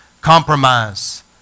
compromise